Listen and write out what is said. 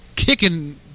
kicking